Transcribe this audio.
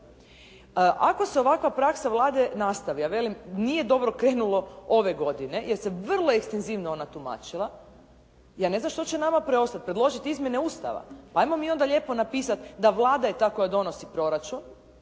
Ako se ovakva praksa Vlade nastavi, a velim nije dobro krenulo ove godine, jer se vrlo ekstenzivno ona tumačila, ja ne znam što će nama preostati. Predložiti izmjene Ustava. Ajmo mi onda lijepo napisati da Vlada je ta koja donosi proračun,